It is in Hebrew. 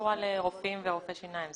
קשורה לרופאים ולרופאי שיניים.